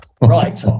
right